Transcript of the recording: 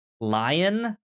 lion